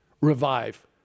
revive